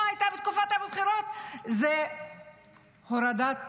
בתקופת הבחירות הייתה הורדת המחירים,